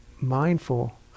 mindful